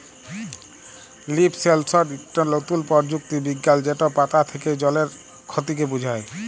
leaf sensor ইকট লতুল পরযুক্তি বিজ্ঞাল যেট পাতা থ্যাকে জলের খতিকে বুঝায়